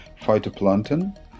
phytoplankton